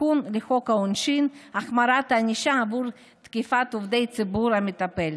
תיקון לחוק העונשין (החמרת ענישה עבור תקיפת עובדי הציבור המטפלים).